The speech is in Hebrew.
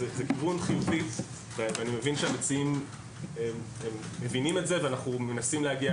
זה כיוון חיובי ואני מבין שהמציעים מבינים את זה ואנחנו מנסים להגיע